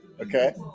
okay